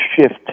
shift